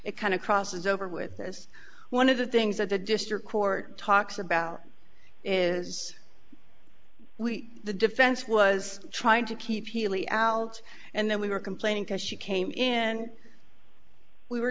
it kind of crosses over with this one of the things that the district court talks about is we the defense was trying to keep healey out and then we were complaining because she came in and we were